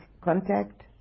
contact